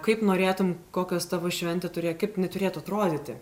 kaip norėtum kokios tavo šventė turė kaip jinai turėtų atrodyti